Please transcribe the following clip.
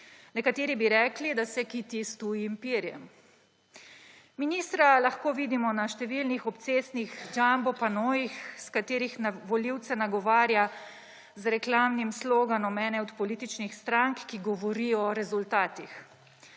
Nekateri bi rekli, da se kiti s tujim perjem. Ministra lahko vidimo na številnih obcestnih jumbo panojih, s katerih volivce nagovarja z reklamnim sloganom ene od političnih strank, ki govori o rezultatih.